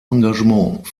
engagement